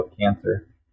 cancer